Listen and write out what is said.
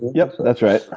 yup, that's right.